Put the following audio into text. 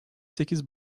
sekiz